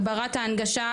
הגברת ההנגשה.